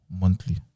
monthly